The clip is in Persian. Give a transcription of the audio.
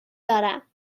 دارم